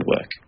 work